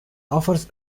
offers